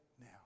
now